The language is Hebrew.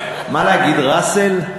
להגיד ראסל?